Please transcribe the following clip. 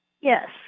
Yes